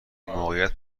موقعیت